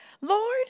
Lord